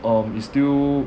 um it's still